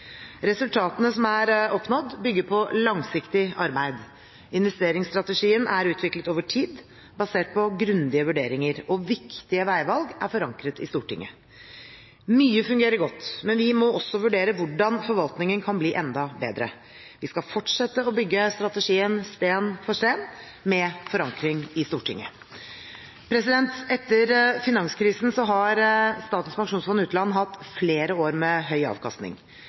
Resultatene som er oppnådd, bygger på langsiktig arbeid. Investeringsstrategien er utviklet over tid, basert på grundige vurderinger, og viktige veivalg er forankret i Stortinget. Mye fungerer godt, men vi må også vurdere hvordan forvaltningen kan bli enda bedre. Vi skal fortsette å bygge strategien sten for sten, med forankring i Stortinget. Etter finanskrisen har Statens pensjonsfond utland hatt flere år med høy avkastning.